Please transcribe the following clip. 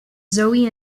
zoe